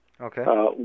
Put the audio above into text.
Okay